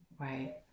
Right